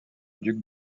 duc